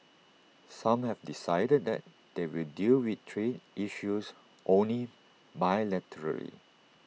some have decided that they will deal with trade issues only bilaterally